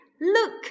look